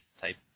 type